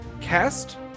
cast